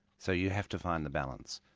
so you have to find the balance.